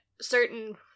certain